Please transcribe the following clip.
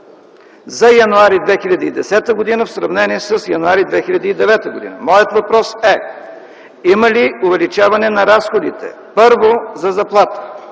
за януари 2010 г. в сравнение с януари 2009 г. Моят въпрос е има ли увеличаване на разходите, първо, за заплата?